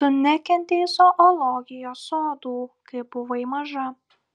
tu nekentei zoologijos sodų kai buvai maža